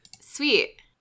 Sweet